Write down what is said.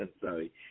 Sorry